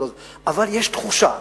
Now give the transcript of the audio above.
אבל יש תחושה.